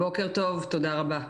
בוקר טוב, תודה רבה.